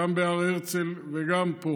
גם בהר הרצל וגם פה.